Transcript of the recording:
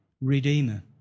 redeemer